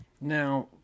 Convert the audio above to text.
Now